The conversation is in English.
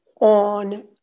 on